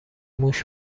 موش